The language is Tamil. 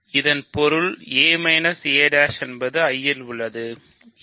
இதன் பொருள் a a என்பது I இல் உள்ளது